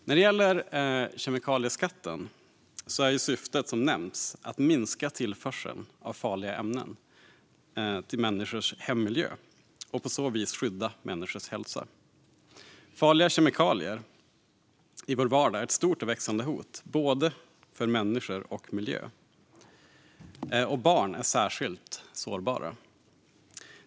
När det gäller kemikalieskatten är syftet, som nämnts, att minska tillförseln av farliga ämnen till människors hemmiljö och på så vis skydda människors hälsa. Farliga kemikalier i vår vardag är ett stort och växande hot mot både människor och miljö, och barn är särskilt sårbara.